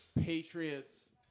Patriots